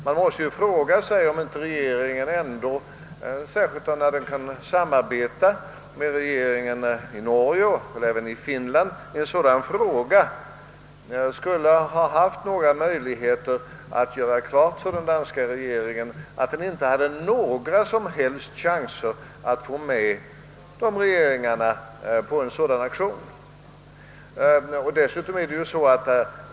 Man måste fråga sig om inte regeringen, när den kan samarbeta med den norska regeringen och tydligen även med den finska i en sådan fråga, skulle ha haft möjligheter att göra klart för den danska regeringen, att den inte hade några som helst chanser att få med de övriga nordiska regeringarna i en sådan aktion.